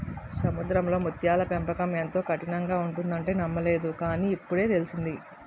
సముద్రంలో ముత్యాల పెంపకం ఎంతో కఠినంగా ఉంటుందంటే నమ్మలేదు కాని, ఇప్పుడే తెలిసింది